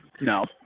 No